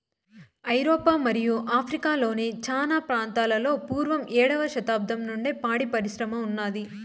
ఐరోపా మరియు ఆఫ్రికా లోని చానా ప్రాంతాలలో పూర్వం ఏడవ శతాబ్దం నుండే పాడి పరిశ్రమ ఉన్నాది